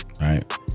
right